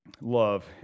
love